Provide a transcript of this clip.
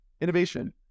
innovation